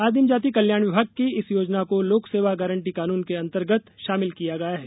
आदिम जाति कल्याण विभाग की इस योजना को लोकसेवा गारंटी कानून के अंतर्गत शामिल किया गया है